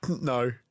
No